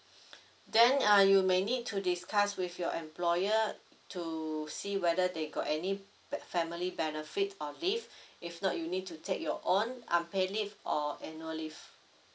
then uh you may need to discuss with your employer to see whether they got any be~ family benefits or leave if not you need to take your own unpaid leave or annual leave